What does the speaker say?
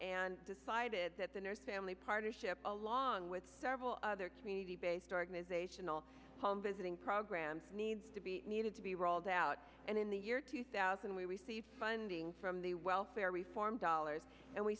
and decided that the nurse family partnership along with several other community based organizational home visiting programs need to be needed to be rolled out and in the year two thousand we received funding from the welfare reform dollars and we